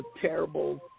terrible